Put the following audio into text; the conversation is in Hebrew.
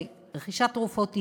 הרי רכישת תרופות היא,